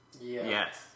Yes